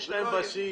יש להם בסיס,